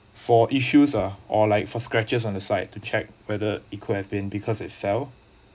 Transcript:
for issues ah or like for scratches on the side to check whether it could have been because it fell